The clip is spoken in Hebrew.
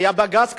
היה בג"ץ כבר.